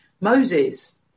Moses